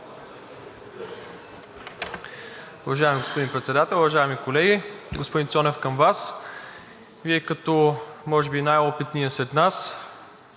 Благодаря